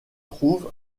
trouve